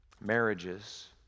marriages